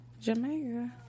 Jamaica